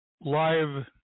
live